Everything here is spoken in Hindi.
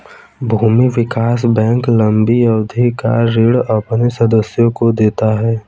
भूमि विकास बैंक लम्बी अवधि का ऋण अपने सदस्यों को देता है